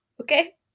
Okay